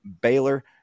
Baylor